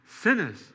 sinners